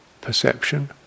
perception